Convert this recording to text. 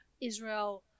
Israel